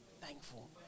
Thankful